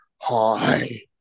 hi